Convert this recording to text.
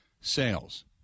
sales